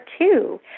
two